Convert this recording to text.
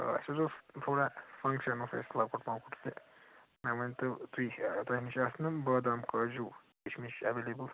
آ اسہِ حظ اوس تھوڑا فَنکشَن اوس اسہِ لۄکُٹ مۄکُٹ تہٕ مےٚ ؤنۍ تَو تُہۍ تۄہہِ نِش آسنہٕ حظ بادام کاجوٗ کِشمِش ایٚویلِبل